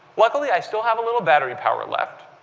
luckily i still have a little battery power left.